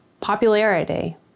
Popularity